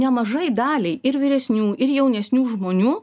nemažai daliai ir vyresnių ir jaunesnių žmonių